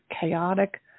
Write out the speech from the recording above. chaotic